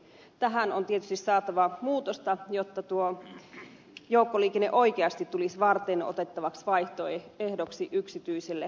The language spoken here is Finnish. tähän on tietysti saatava muutosta jotta tuo joukkoliikenne oikeasti tulisi varteenotettavaksi vaihtoehdoksi yksityiselle autoilulle